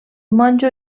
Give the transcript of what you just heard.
monjo